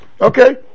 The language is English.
Okay